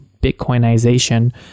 Bitcoinization